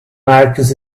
marcus